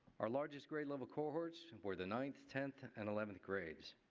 our largest grade level cohorts were the ninth, tenth and eleventh grades.